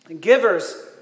Givers